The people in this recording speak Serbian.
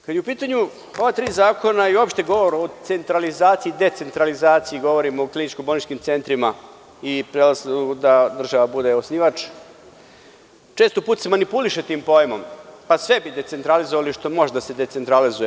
Kada su u pitanju ova tri zakona i uopšte govor o centralizaciji i decentralizaciji, govorim o kliničko-bolničkim centrima i prelasku da država bude osnivač, često puta se manipuliše tim pojmom, pa sve bi decentralizovali što može da se decentralizuje.